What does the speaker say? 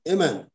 Amen